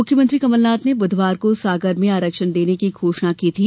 मुख्यमंत्री कमलनाथ ने बुधवार को सागर में आरक्षण देने की घोषणा की थी